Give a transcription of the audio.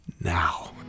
now